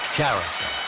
character